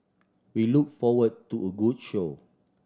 we look forward to a good show